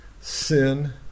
sin